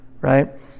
right